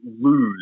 lose